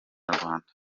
nyarwanda